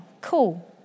cool